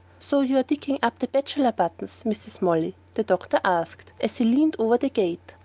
so you're digging up the bachelor-buttons, mrs. molly? the doctor asked as he leaned over the gate.